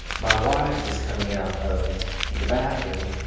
my wife was coming out of the bathroom,